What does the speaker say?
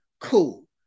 Cool